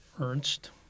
Ernst